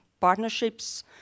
partnerships